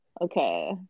Okay